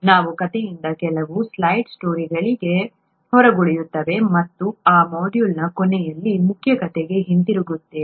ನಾವು ಕಥೆಯಿಂದ ಕೆಲವು ಸೈಡ್ ಸ್ಟೋರಿಗಳಿಗೆ ಹೊರಗುಳಿಯುತ್ತೇವೆ ಮತ್ತು ಈ ಮಾಡ್ಯೂಲ್ನ ಕೊನೆಯಲ್ಲಿ ಮುಖ್ಯ ಕಥೆಗೆ ಹಿಂತಿರುಗುತ್ತೇವೆ